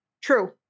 True